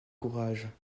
courage